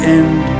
end